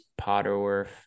Potterworth